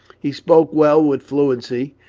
he spoke well, with fluency,